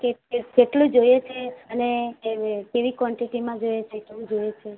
કેટલું જોઈએ છે અને કેવી ક્વોન્ટિટીમાં જોઈએ છે કેવું જોઈએ છે